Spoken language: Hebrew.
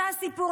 זה הסיפור,